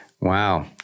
Wow